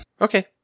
Okay